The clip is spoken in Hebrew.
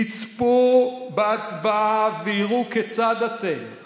יצפו בהצבעה ויראו כיצד אתם,